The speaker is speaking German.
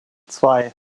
zwei